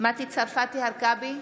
מטי צרפתי הרכבי,